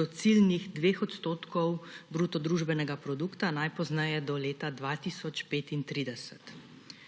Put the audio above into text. do ciljnih 2 % bruto družbenega produkta najpozneje do leta 2035.